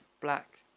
black